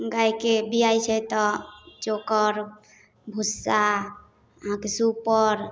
गाइके बिआइ छै तऽ चोकर भुस्सा अहाँके सुपर